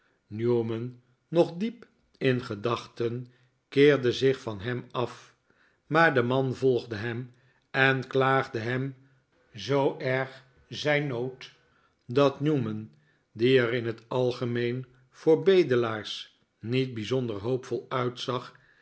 newman nog diep in gedachten keerde zich van hem af maar de man volgde hem en klaagde hem zoo erg zijn nood dat newman die er in t algemeen voor bedelaars niet bij zonder hoop vol uitzag